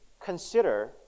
consider